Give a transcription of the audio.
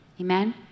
Amen